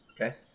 Okay